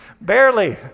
Barely